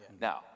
Now